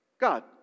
God